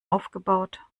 aufgebaut